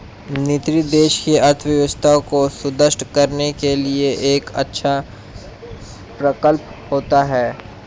निर्यात देश की अर्थव्यवस्था को सुदृढ़ करने के लिए एक अच्छा प्रकल्प होता है